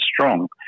strong